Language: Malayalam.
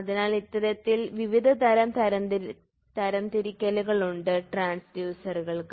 അതിനാൽ ഇത്തരത്തിൽ വിവിധ തരം തരംതിരിക്കലുകൾ ഉണ്ട് ട്രാൻസ്ഡ്യൂസറുകൾക്ക്